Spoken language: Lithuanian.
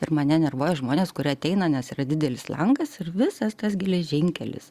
ir mane nervuoja žmonės kurie ateina nes yra didelis langas ir visas tas geležinkelis